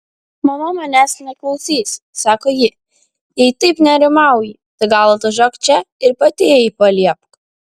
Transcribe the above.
mama manęs neklausys sako ji jei taip nerimauji tai gal atvažiuok čia ir pati jai paliepk